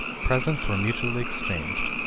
presents were mutually exchanged,